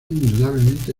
indudablemente